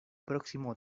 próximo